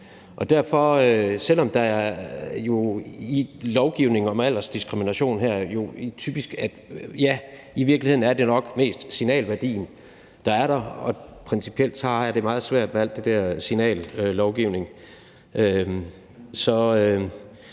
ord for det. Det er jo lovgivning om aldersdiskrimination, men i virkeligheden er det nok mest signalværdien, der er der, og principielt har jeg det meget svært med al det der signallovgivning.